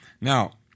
Now